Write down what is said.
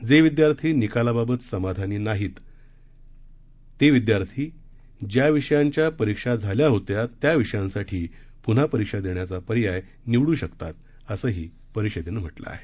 जे विद्यार्थी निकालाबाबत समाधानी नाहीत ते विद्यार्थी ज्या विषयांच्या परीक्षा झाल्या होत्या त्या विषयांसाठी प्न्हा परीक्षा देण्याचा पर्याय निवड् शकतात असंही परीषदेनं म्हटलं आहे